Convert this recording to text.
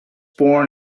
born